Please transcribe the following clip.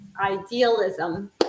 idealism